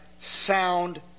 sound